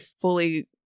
fully